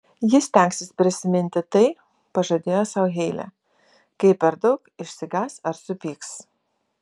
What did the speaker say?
ji stengsis prisiminti tai pažadėjo sau heilė kai per daug išsigąs ar supyks